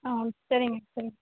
ஆ சரிங்க சரிங்க